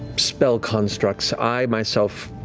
spell constructs. i, myself,